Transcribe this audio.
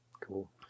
Cool